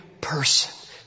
person